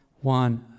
one